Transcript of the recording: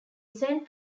saint